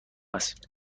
است